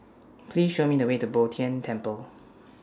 Please Show Me The Way to Bo Tien Temple